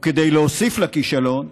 וכדי להוסיף לכישלון,